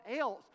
else